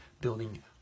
building